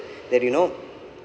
that you know